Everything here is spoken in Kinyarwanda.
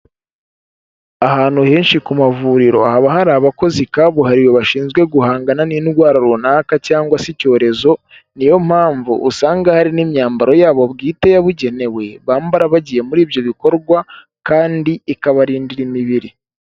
Ahantu henshi ku mavuriro haba hari abakozi kabuhariwe bashinzwe guhangana n'indwara runaka cyangwa se icyorezo, niyompamvu usanga hari n'imyambaro yabo bwite yabugenewe, bambara bagiye muri ibyo bikorwa, kandi ikabarindira imibiri.